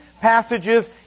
passages